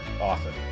often